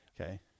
okay